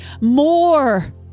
more